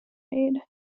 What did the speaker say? aid